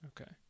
Okay